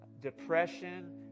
depression